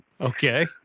Okay